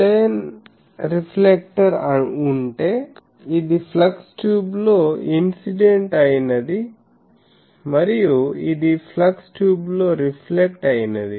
plane reflector ఉంటే ఇది flux tube లో ఇన్సిడెంట్ అయి నది మరియు ఇది ఫ్లక్స్ ట్యూబ్ లో రిఫ్లెక్ట్ అయినది